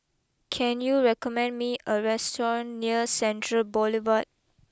can you recommend me a restaurant near Central Boulevard